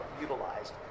utilized